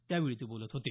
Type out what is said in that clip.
त्यावेळी ते बोलत होते